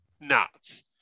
nuts